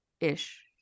ish